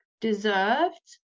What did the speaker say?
deserved